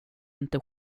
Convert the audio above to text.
inte